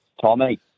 Tommy